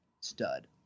stud